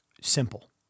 Simple